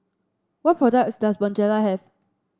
what products does Bonjela have